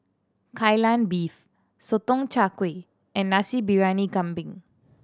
Kai Lan Beef Sotong Char Kway and Nasi Briyani Kambing